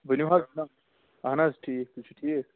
ؤنِو حظ جِناب اہن حظ ٹھیٖک تُہۍ چھُ ٹھیٖک